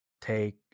take